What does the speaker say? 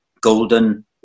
golden